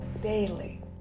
daily